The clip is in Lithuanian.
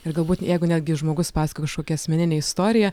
ir galbūt jeigu netgi žmogus pasakoja kažkokią asmeninę istoriją